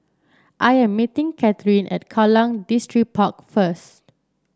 I am meeting Katheryn at Kallang Distripark first